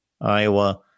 Iowa